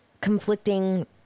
conflicting